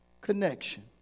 connection